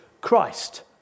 Christ